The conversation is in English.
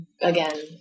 again